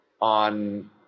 on